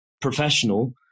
professional